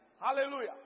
Hallelujah